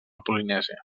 polinèsia